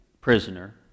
prisoner